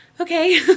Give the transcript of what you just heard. okay